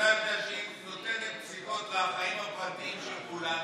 אתה יודע שהיא נותנת פסיקות לחיים הפרטיים של כולנו.